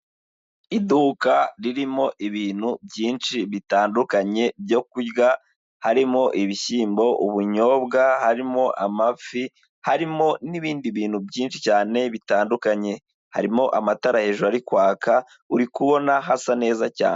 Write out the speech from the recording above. Iduka ririmo ibintu byinshi bitandukanye byo kurya harimo ibishyimbo, ubunyobwa, harimo amafi, harimo n'ibindi bintu byinshi cyane bitandukanye, harimo amatara hejuru ari kwaka, uri kubona hasa neza cyane.